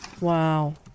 Wow